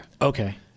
Okay